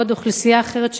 בעוד אוכלוסייה אחרת,